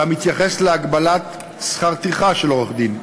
והמתייחס להגבלת שכר טרחה של עורך-דין.